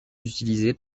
utilisés